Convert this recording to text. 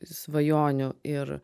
svajonių ir